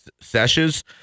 sessions